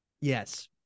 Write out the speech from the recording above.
yes